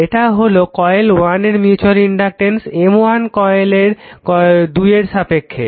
এটা হলো কয়েল 1 এর মিউচুয়াল ইনডাকটেন্স M 1 কয়েল 2 এর সাপেক্ষে